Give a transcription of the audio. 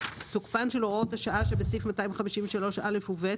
תוקפן של הוראות השעה שבסעיף 253(א) ו-(ב)